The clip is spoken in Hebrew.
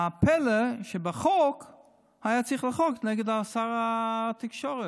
הפלא הוא שהיה צריך חוק נגד שר התקשורת.